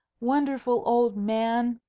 wonderful old man,